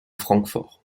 francfort